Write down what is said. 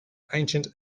ancient